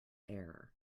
air